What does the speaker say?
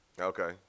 Okay